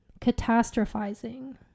Catastrophizing